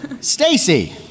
Stacy